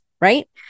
right